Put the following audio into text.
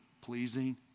pleasing